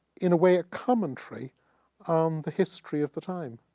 in a way, a commentary on the history of the time?